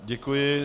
Děkuji.